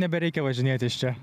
nebereikia važinėt iš čia